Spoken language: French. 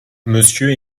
monsieur